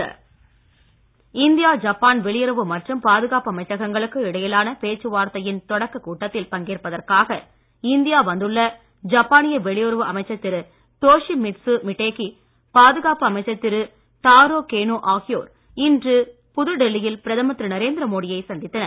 மோடி வெளியுறவு மற்றும் India Japan பாதுகாப்பு அமைச்சகங்களுக்கு இடையிலான பேச்சு வார்த்தையின் தொடக்கக் கூட்டத்தில் பங்கேற்பதற்காக இந்தியா வந்துள்ள ஜப்பானிய வெளியுறவு அமைச்சர் திரு டோஷிமிட்சு மாட்டேகி பாதுகாப்பு அமைச்சர் திரு டாரோ கோனோ ஆகியோர் இன்று புதுடெல்லியில் பிரதமர் திரு நரேந்திர மோடியை சந்தித்தனர்